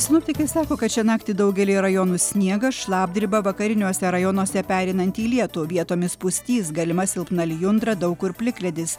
sinoptikai sako kad šią naktį daugelyje rajonų sniegas šlapdriba vakariniuose rajonuose pereinanti į lietų vietomis pustys galima silpna lijundra daug kur plikledis